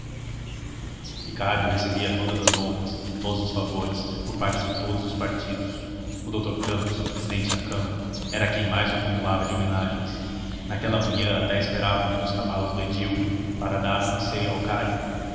ricardo recebia todas as honras todos os favores por parte de todos os partidos o doutor campos presidente da câmara era quem mais o cumulava de homenagens naquela manhã até esperava um dos cavalos do edil para dar um passeio ao carico